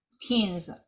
teens